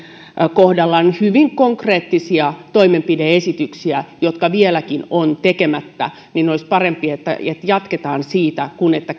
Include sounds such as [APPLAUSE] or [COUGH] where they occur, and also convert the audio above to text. kohdalla on hyvin konkreettisia toimenpide esityksiä jotka vieläkin ovat tekemättä ja olisi parempi että jatketaan siitä kuin että [UNINTELLIGIBLE]